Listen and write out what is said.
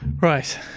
Right